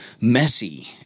messy